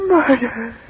Murder